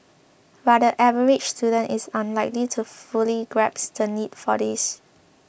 but the average student is unlikely to fully grasp the need for this